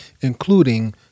including